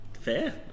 fair